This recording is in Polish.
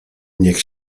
niech